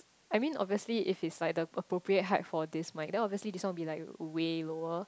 I mean obviously if it's like the appropriate height for this mic then obviously this one be like way lower